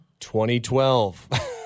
2012